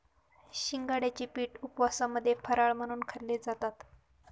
शिंगाड्याचे पीठ उपवासामध्ये फराळ म्हणून खाल्ले जातात